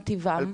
מה טיבן?